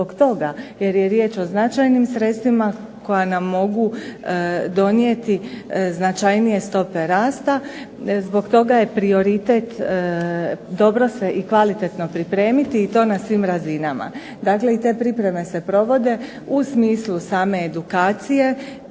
jer je riječ o značajnim sredstvima koja nam mogu donijeti značajnije stope rasta. Zbog toga je prioritet dobro se i kvalitetno pripremiti i to na svim razinama. Dakle, te pripreme se i provode u smislu same edukacije,